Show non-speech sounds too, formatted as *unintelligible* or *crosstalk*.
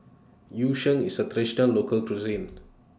Yu Sheng IS A *unintelligible* Local Cuisine